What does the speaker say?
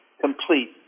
complete